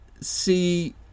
see